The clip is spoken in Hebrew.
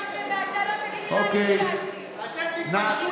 לא ביקשתי, אתה לא תגיד לי מה אני ביקשתי.